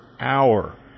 hour